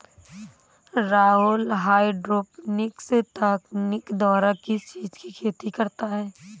Rahul hydroponics तकनीक द्वारा किस चीज की खेती करता है?